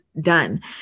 Done